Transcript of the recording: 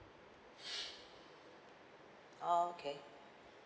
okay